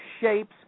shapes